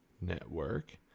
Network